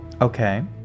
Okay